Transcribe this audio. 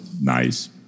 nice